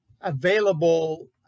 available